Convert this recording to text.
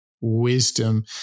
wisdom